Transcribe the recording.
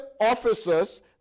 officers